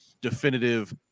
definitive